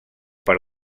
per